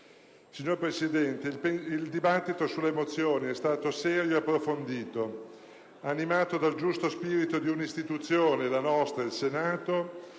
Signora Presidente, il dibattito sulle mozioni è stato serio e approfondito, animato dal giusto spirito di una istituzione come la nostra, il Senato,